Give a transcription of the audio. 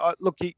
look